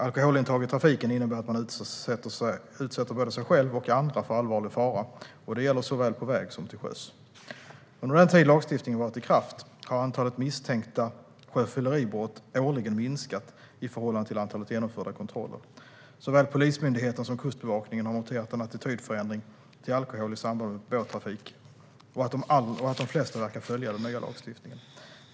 Alkoholintag i trafiken innebär att man utsätter både sig själv och andra för allvarlig fara, och det gäller såväl på väg som till sjöss. Under den tid lagstiftningen har varit i kraft har antalet misstänkta sjöfylleribrott årligen minskat i förhållande till antalet genomförda kontroller. Såväl Polismyndigheten som Kustbevakningen har noterat en attitydförändring till alkohol i samband med båttrafik och att de flesta verkar följa den nya lagstiftningen.